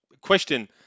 question